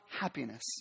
happiness